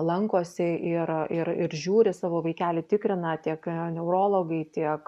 lankosi ir ir ir žiūri savo vaikelį tikrina tiek neurologai tiek